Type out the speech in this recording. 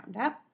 up